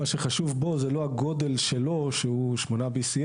מה שחשוב בו זה לא הגודל שלו שהוא 8BCM,